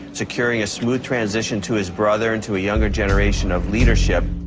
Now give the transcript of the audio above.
securing a smooth transition to his brother and to a younger generation of leadership.